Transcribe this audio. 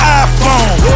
iPhone